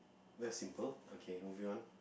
that's simple okay moving on